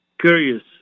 curious